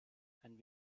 and